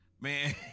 Man